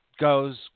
goes